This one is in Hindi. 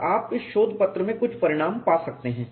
और आप इस शोधपत्र में कुछ परिणाम पा सकते हैं